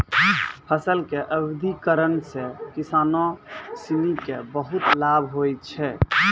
फसल के विविधिकरण सॅ किसानों सिनि क बहुत लाभ होलो छै